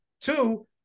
two